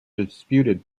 disputed